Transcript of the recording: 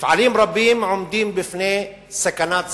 מפעלים רבים עומדים בפני סכנת סגירה.